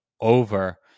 over